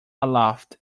aloft